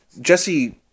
Jesse